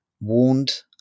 warned